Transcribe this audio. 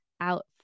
out